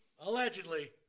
allegedly